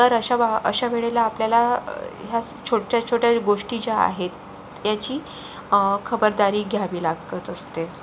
तर अशा बा अशा वेळेला आपल्याला ह्या छोट्या छोट्या गोष्टी ज्या आहेत याची खबरदारी घ्यावी लागत असते